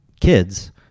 kids